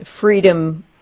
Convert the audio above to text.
Freedom